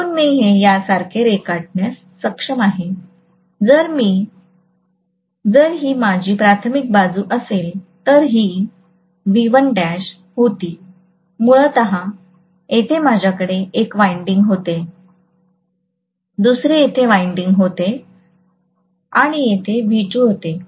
म्हणून मी हे यासारखे रेखाटण्यास सक्षम आहे जर ही माझी प्राथमिक बाजू असेल तर ही V1 होती मूळतः येथे माझ्याकडे एक वाइंडिंग होते दुसरे येथे वाइंडिंग होते आणि येथे V2 होते